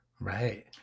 right